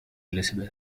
elizabeth